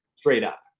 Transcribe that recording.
straight up,